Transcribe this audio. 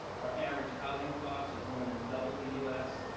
our average housing cost is more than double the u s.